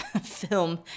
film